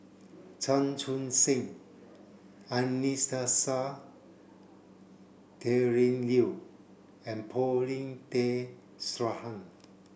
Chan Chun Sing Anastasia Tjendri Liew and Paulin Tay Straughan